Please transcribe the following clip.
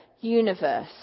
universe